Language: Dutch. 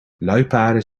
luipaarden